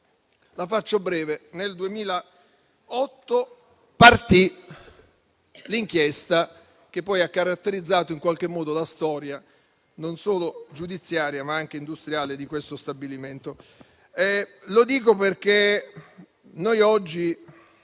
La faccio breve: nel 2008 partì l'inchiesta che poi ha caratterizzato in qualche modo la storia non solo giudiziaria, ma anche industriale di questo stabilimento. Lo dico perché noi oggi,